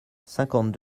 cinquante